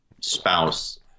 spouse